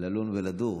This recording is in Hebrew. ללון ולדור,